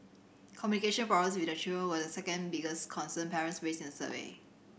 communication problems with their children were the second biggest concern parents raised in the survey